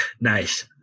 Nice